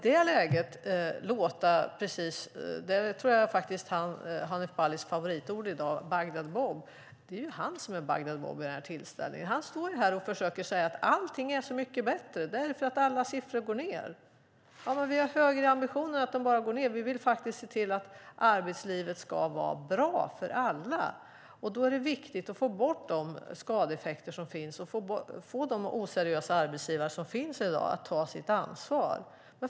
Jag tror att Hanif Balis favoritord i dag är Bagdad Bob. Det är ju han som är Bagdad Bob i den här tillställningen; han står ju här och försöker säga att allting är så mycket bättre därför att alla siffror går ned. Ja, men vi har högre ambitioner än så. Vi vill faktiskt se till att arbetslivet ska vara bra för alla. Då är det viktigt att få bort de skadeeffekter som finns och att få de oseriösa arbetsgivare som finns i dag att ta sitt ansvar.